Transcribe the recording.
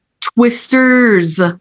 Twisters